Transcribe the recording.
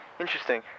interesting